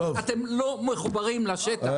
אתם לא מחוברים לשטח.